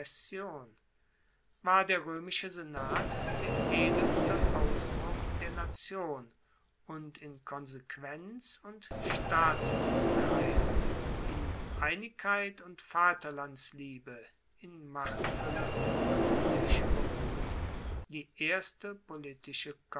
war der roemische senat der edelste ausdruck der nation und in konsequenz und staatsklugheit in einigkeit und vaterlandsliebe in machtfuelle und sicherem mut die erste politische